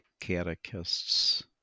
catechists